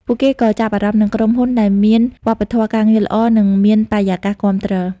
ពួកគេក៏ចាប់អារម្មណ៍នឹងក្រុមហ៊ុនដែលមានវប្បធម៌ការងារល្អ និងមានបរិយាកាសគាំទ្រ។